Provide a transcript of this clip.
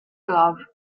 glove